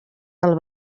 del